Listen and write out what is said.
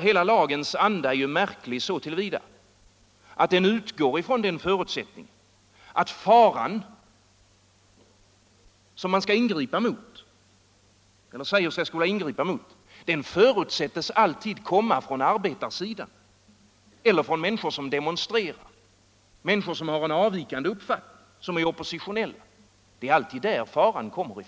Hela lagens anda är ju märklig så till vida att den utgår ifrån att faran, Nr 16 som man säger sig skola ingripa emot, alltid förutsättes komma från Onsdagen den arbetarsidan eller från människor som demonstrerar, människor som har 5 november 1975 en avvikande uppfattning, som är oppositionella. Det är alltid därifrån faran kommer,